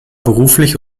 beruflich